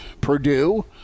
Purdue